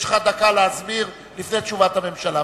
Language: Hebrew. יש לך דקה להסביר לפני תשובת הממשלה.